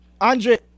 Andre